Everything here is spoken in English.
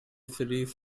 series